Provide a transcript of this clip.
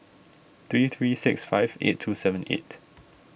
three three six five eight two seven eight